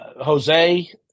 jose